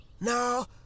Now